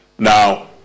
Now